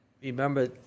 remember